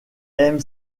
aime